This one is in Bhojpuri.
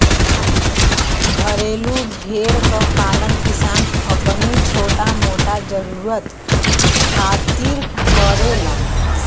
घरेलू भेड़ क पालन किसान अपनी छोटा मोटा जरुरत खातिर करेलन